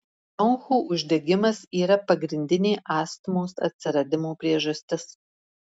bronchų uždegimas yra pagrindinė astmos atsiradimo priežastis